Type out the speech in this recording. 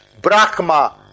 Brahma